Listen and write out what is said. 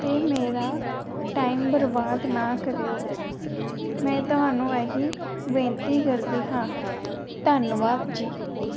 ਅਤੇ ਮੇਰਾ ਟਾਈਮ ਬਰਬਾਦ ਨਾ ਕਰਿਓ ਮੈਂ ਤੁਹਾਨੂੰ ਇਹੀ ਬੇਨਤੀ ਕਰਦੀ ਹਾਂ ਧੰਨਵਾਦ ਜੀ